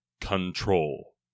Control